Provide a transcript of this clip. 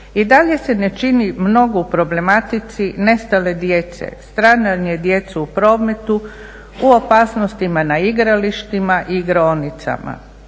I dalje se ne čini mnogo u problematici nestale djece, stradanje djece u prometu, u opasnostima na igralištima i igraonicama.